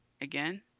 Again